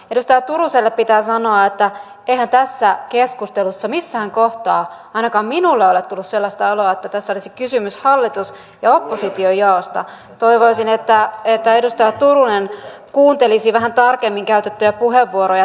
edustaja turuselle pitää sanoa että eihän tässä keskustelussa missään kohtaa ainakaan minulle ole tullut sellaista oloa että tässä olisi kysymys hallitusoppositio jaosta toivoisin että edustaja turunen kuuntelisi vähän tarkemmin käytettyjä puheenvuoroja täällä